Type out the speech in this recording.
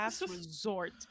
resort